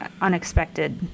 unexpected